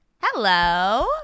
Hello